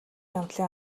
явдлын